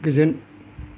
गोजोन